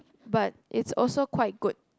but it's also quite good